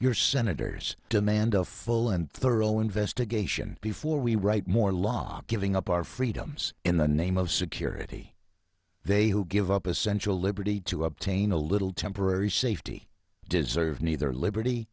your senators demand a full and thorough investigation before we write more law giving up our freedoms in the name of security they who give up essential liberty to obtain a little temporary safety deserve neither liberty